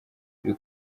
ibi